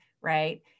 right